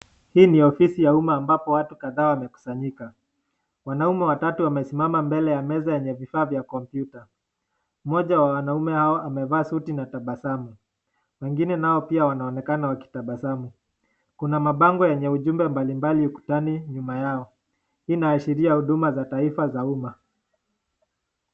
Hii ni ofisi ya umma ambapo watu kadhaa wamekusanyika. Wanaume watatu wamesimama mbele ya meza yenye vifaa vya kompyuta. Mmoja wa wanaume hawa amevaa suti na tabasamu, wengine nao pia wanaonekana wakitabasamu. Kuna mabango yenye ujumbe mbalimbali ukutani nyuma yao. Hii inaashiria huduma za taifa za umma.